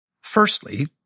Firstly